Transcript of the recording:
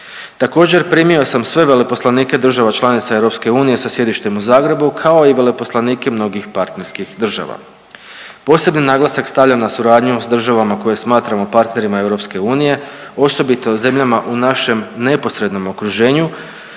Također primio sam sve veleposlanike država članica EU sa sjedištem u Zagrebu kao i veleposlanike mnogih partnerskih država. Posebni naglasak stavljam na suradnju sa državama koje smatramo partnerima EU osobito zemljama u našem neposrednom okruženju